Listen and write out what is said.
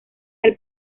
del